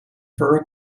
for